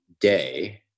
day